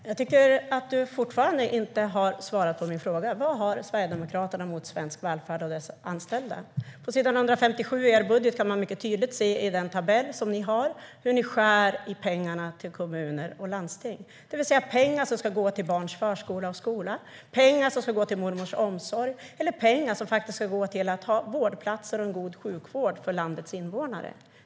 Herr talman! Jag tycker fortfarande inte att Oscar Sjöstedt har svarat på min fråga: Vad har Sverigedemokraterna emot svensk välfärd och dess anställda? I tabellen på s. 157 i deras budget kan man mycket tydligt se hur de skär i pengarna till kommuner och landsting, det vill säga pengar som ska gå till barns förskola och skola, pengar som ska gå till mormors omsorg och pengar som faktiskt ska gå till vårdplatser och en god sjukvård för landets invånare.